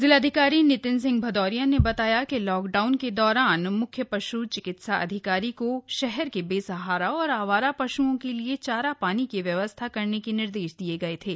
जिलाधिकारी नितिन सिंह भदौरिया ने बताया कि लॉकडाउन के दौरान म्ख्य पश् चिकित्सा अधिकारी को शहर के बेसहारा और आवारा पश्ओं के लिए चारा पानी की व्यवस्था के निर्देश दिये गये थे